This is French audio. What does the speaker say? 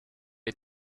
est